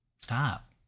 Stop